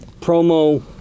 promo